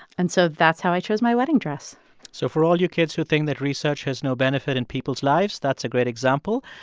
and so that's how i chose my wedding dress so for all you kids who think that research has no benefit in people's lives, that's a great example.